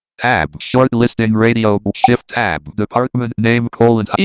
tab. short list in radial shift tab. department name colon.